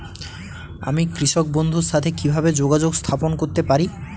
আমি কৃষক বন্ধুর সাথে কিভাবে যোগাযোগ স্থাপন করতে পারি?